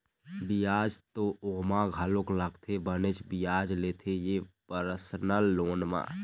बियाज तो ओमा घलोक लगथे बनेच बियाज लेथे ये परसनल लोन म